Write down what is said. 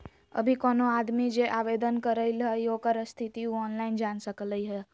अभी कोनो आदमी जे आवेदन करलई ह ओकर स्थिति उ ऑनलाइन जान सकलई ह